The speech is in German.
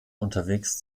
unterwegs